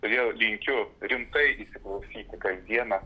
todėl linkiu rimtai įsiklausyti kasdieną